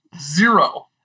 Zero